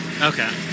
Okay